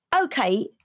Okay